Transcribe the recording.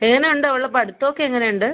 അവളുടെ പഠിത്തമൊക്കെ എങ്ങനെയുണ്ട്